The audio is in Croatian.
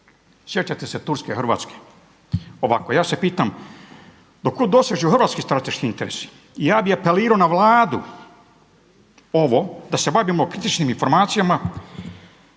Sjećate se turske Hrvatske? Ovako ja se pitam do kuda dosežu hrvatski strateški interesi? I ja bih apelirao na Vladu ovo da se vadimo kritičnim informacijama,